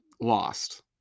lost